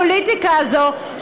הפוליטיקה הזאת,